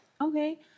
Okay